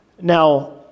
now